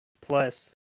plus